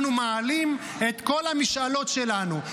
אנחנו מעלים את כל המשאלות שלנו,